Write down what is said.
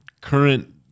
current